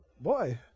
Boy